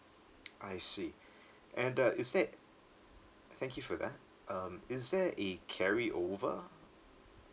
I see and uh is there thank you for that um is there a carryover